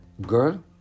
girl